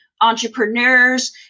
entrepreneurs